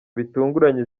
bitunguranye